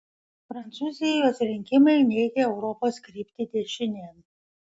prancūzijos rinkimai neigia europos kryptį dešinėn